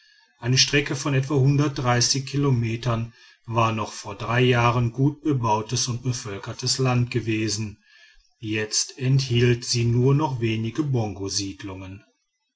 eine strecke von etwa kilometern war noch vor drei jahren gut bebautes und bevölkertes land gewesen jetzt enthielt sie nur noch wenige